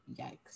yikes